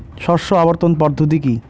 শস্য আবর্তন পদ্ধতি কি?